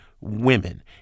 women